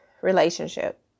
relationship